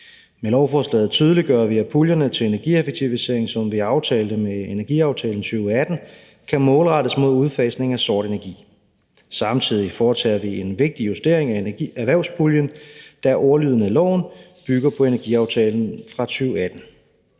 Med lovforslaget tydeliggør vi, at puljerne til energieffektivisering, som vi aftalte med energiaftalen fra 2018, kan målrettes mod udfasning af sort energi. Samtidig foretager vi en vigtig justering af erhvervspuljen, da ordlyden af loven bygger på energiaftalen fra 2018.